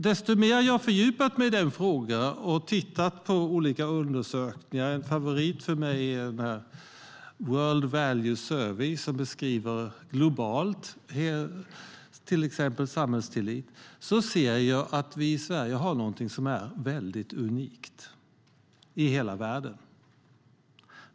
Jag har fördjupat mig i denna fråga och tittat på olika undersökningar. En favorit är World Values Survey, som beskriver till exempel samhällstillit globalt. Jag ser då att vi i Sverige har något som är unikt i hela världen.